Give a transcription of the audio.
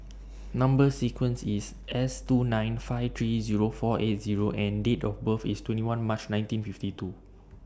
Number sequence IS S two nine five three Zero four eight Zero and Date of birth IS twenty one March nineteen fifty two